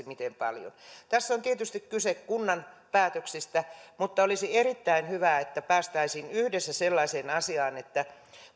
miten paljon tässä on tietysti kyse kunnan päätöksistä mutta olisi erittäin hyvä että päästäisiin yhdessä sellaiseen että